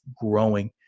growing